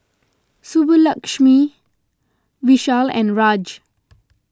Subbulakshmi Vishal and Raj